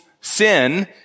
sin